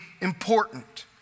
important